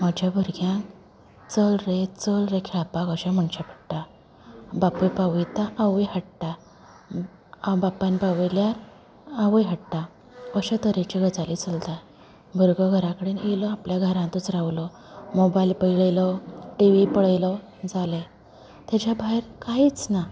म्हाज्या भुरग्यांक चल रे चल रे खेळपाक अशें म्हणचें पडटा बापूय पावयता आवय हाडटा बापायन पावयल्यार आवय हाडटा अशें तरेचे गजाली चलता भुरगो घरा कडेन येयलो म्हणटकर घरातूच रावलो मोबायल पळयलो टी वी पळयलो जालें तेज्या भायर कांयच ना